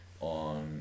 on